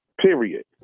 Period